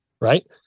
Right